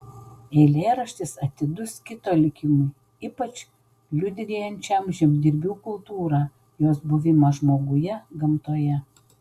eilėraštis atidus kito likimui ypač liudijančiam žemdirbių kultūrą jos buvimą žmoguje gamtoje